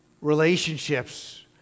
relationships